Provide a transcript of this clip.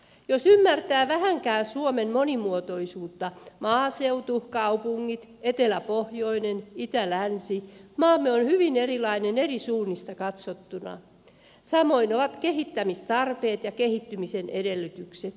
jos ymmärtää vähänkään suomen monimuotoisuutta maaseutu kaupungit etelä pohjoinen itä länsi niin maamme on hyvin erilainen eri suunnista katsottuna samoin ovat kehittämistarpeet ja kehittymisen edellytykset